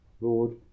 Lord